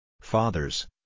Fathers